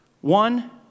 One